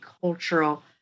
cultural